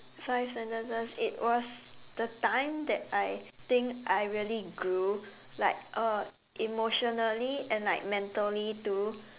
five sentences it was the time that I think I really grew like uh emotionally and like mentally too